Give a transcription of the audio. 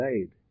aid